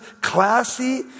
classy